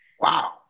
Wow